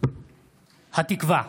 "התקווה",